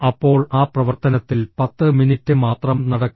അപ്പോൾ ആ പ്രവർത്തനത്തിൽ 10 മിനിറ്റ് മാത്രം നടക്കുക